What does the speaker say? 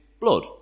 blood